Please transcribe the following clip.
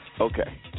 Okay